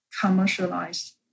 commercialized